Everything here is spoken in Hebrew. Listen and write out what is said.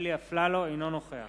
אני קובע שההסתייגות נמחקה.